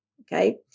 okay